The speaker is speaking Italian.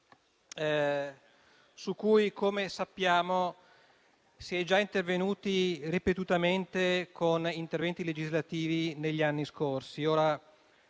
su cui - come sappiamo - si è già intervenuti ripetutamente con interventi legislativi negli anni scorsi.